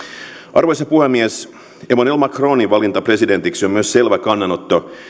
arvoisa puhemies emmanuel macronin valinta presidentiksi on myös selvä kannanotto